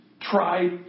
try